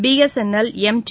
BSNL M D